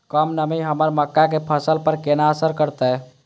कम नमी हमर मक्का के फसल पर केना असर करतय?